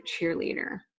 cheerleader